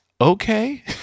okay